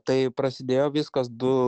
tai prasidėjo viskas du